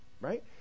right